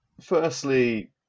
Firstly